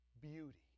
beauty